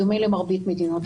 בדומה למרבית מדינות העולם.